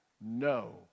no